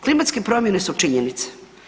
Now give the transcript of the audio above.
Klimatske promjene su činjenica.